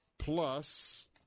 Plus